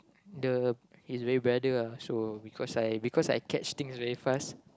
the he's my brother ah so because I because I catch things very fast